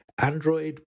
Android